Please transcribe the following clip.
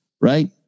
right